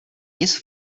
nic